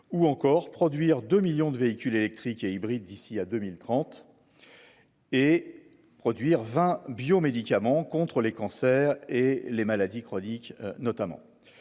ou encore produire 2 millions de véhicules électriques et hybrides d'ici à 2030 et produire 20 biomédicaments contre les cancers et les maladies chroniques, notamment